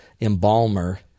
embalmer